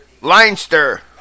Leinster